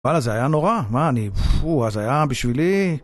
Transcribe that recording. וואלה זה היה נורא. מה אני.. פו.. זה היה בשבילי..